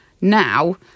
now